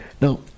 now